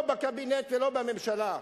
לא בקבינט ולא בממשלה.